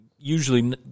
Usually